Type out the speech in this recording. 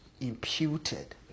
imputed